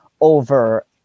over